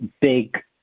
big